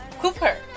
Cooper